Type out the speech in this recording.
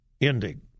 ending